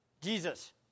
Jesus